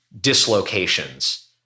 dislocations